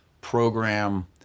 program